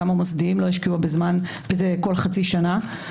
גם המוסדיים לא ישקיעו כל חצי שנה.